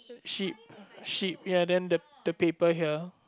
sheep sheep ya then the the paper here